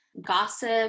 gossip